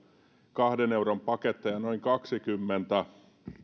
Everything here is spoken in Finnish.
kahden euron paketteja noin kaksikymmentä